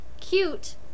cute